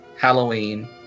Halloween